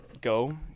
go